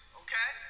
okay